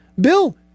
Bill